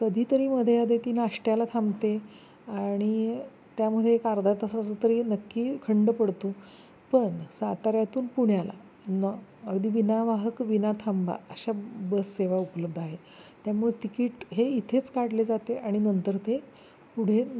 कधी तरी मध्ये अधे ती नाश्त्याला थांबते आणि त्यामध्ये एक अर्धा तासाचा तरी नक्की खंड पडतो पण साताऱ्यातून पुण्याला न अगदी विनावाहक विना थांबा अशा बस सेवा उपलब्ध आहे त्यामुळे तिकीट हे इथेच काढले जाते आणि नंतर ते पुढे